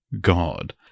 God